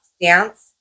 Dance